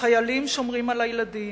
החיילים שומרים על הילדים,